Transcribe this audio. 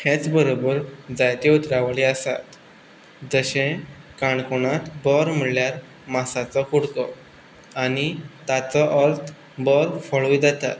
हेच बरोबर जायत्यो उतरावळी आसात जशें काणकोणांत बोर म्हणल्यार मासाचो कुडको आनी ताचो अर्थ जाता